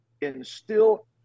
instill